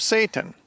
Satan